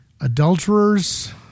adulterers